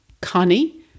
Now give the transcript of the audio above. Connie